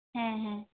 ᱦᱮᱸ ᱦᱮᱸ